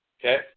okay